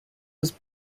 was